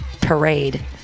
parade